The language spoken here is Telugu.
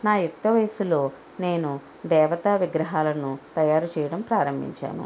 నా యుక్త వయసులో నేను దేవతా విగ్రహాలను తయారు చేయడం ప్రారంభించాను